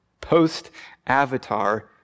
post-Avatar